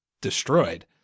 destroyed